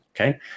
Okay